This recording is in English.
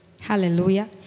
hallelujah